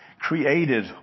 created